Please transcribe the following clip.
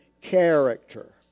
character